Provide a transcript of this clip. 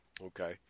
Okay